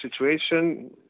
situation